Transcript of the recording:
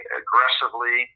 aggressively